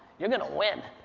you're gonna win.